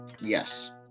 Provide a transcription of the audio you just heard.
Yes